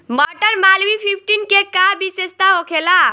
मटर मालवीय फिफ्टीन के का विशेषता होखेला?